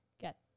get